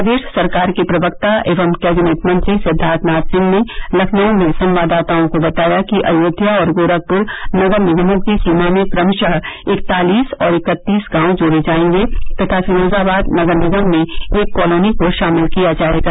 प्रदेश सरकार के प्रवक्ता एवं कैबिनेट मंत्री सिद्वार्थ नाथ सिंह ने लखनऊ में संवाददाताओं को बताया कि अयोध्या और गोरखपुर नगर निगमों की सीमा में क्रमशः इकतालीस और इकत्तीस गांव जोड़े जाएंगे तथा फिरोजाबाद नगर निगम में एक कॉलोनी को शामिल किया जाएगा